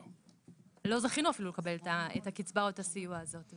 אפילו לא זכינו לקבל את הקצבה או את הסיוע הזה.